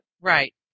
right